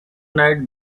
night